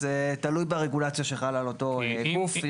זה תלוי ברגולציה שחלה על אותו גוף.